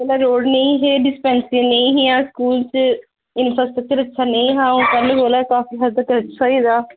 पैह्लें रोड नेईं हे डिस्पैन्सरी नेईं हि'यां स्कूल च इंफ्रास्ट्रक्चर नेई हा पैहलें कोला काफी हद तक अच्छा होई गेदा हा